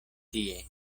tie